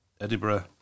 Edinburgh